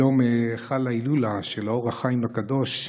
היום חלה ההילולה של אור החיים הקדוש,